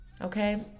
okay